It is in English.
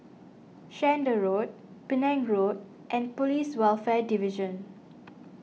Chander Road Penang Road and Police Welfare Division